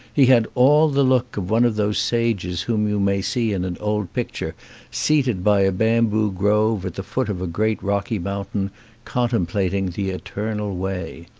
he had all the look of one of those sages whom you may see in an old picture seated by a bamboo grove at the foot of a great rocky mountain contemplating the eternal way.